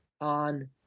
on